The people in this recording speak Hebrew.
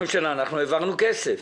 אנחנו העברנו כסף.